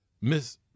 Miss